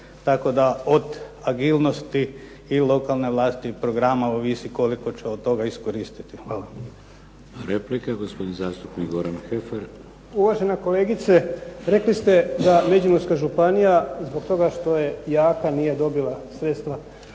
Tako da od agilnosti i lokalne vlasti programa ovisi koliko će od toga iskoristiti. Hvala. **Šeks, Vladimir (HDZ)** Replika, gospodin zastupnik Goran Heffer. **Heffer, Goran (SDP)** Uvažena kolegice rekli ste da Međimurska županija zbog toga što je jaka nije dobila sredstva.